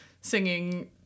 singing